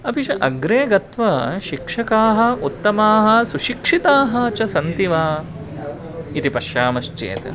अपि च अग्रे गत्वा शिक्षकाः उत्तमाः सुशिक्षिताः च सन्ति वा इति पश्यामश्चेत्